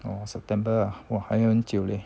oh september ah !wah! 还很久咧